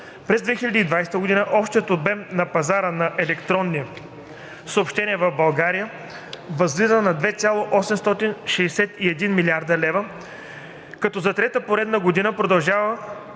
През 2020 г. общият обем на пазара на електронни съобщения в България възлиза на 2,861 млрд. лв., като за трета поредна година продължава